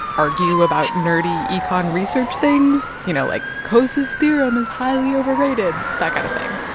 argue about nerdy econ research things, you know, like, coase's theorem is highly overrated, that kind of thing.